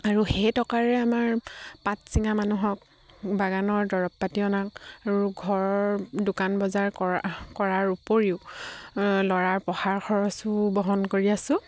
আৰু সেই টকাৰেৰে আমাৰ পাট চিঙা মানুহক বাগানৰ দৰৱ পাতি অনা আৰু ঘৰৰ দোকান বজাৰ কৰা কৰাৰ উপৰিও ল'ৰাৰ পঢ়াৰ খৰচো বহন কৰি আছোঁ